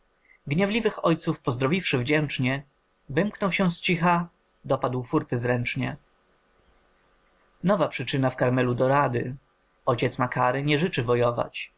gniewliwych ojców pozdrowiwszy wdzięcznie wymknął się z cicha dopadł fórty zręcznie nowa przyczyna w karmelu do rady ojciec makary nie życzy wojować